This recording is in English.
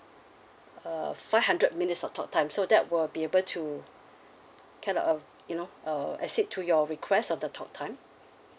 uh five hundred minutes of talk time so that will be able to kind of you know uh exceed to your request of the talk time